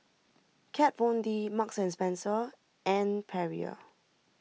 Kat Von D Marks and Spencer and Perrier